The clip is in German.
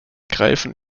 greifen